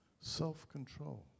self-control